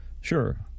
Sure